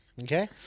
Okay